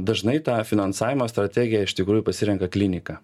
dažnai tą finansavimo strategiją iš tikrųjų pasirenka klinika